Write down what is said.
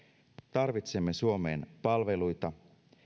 tarvitsemme suomeen palveluita